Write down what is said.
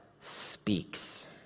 speaks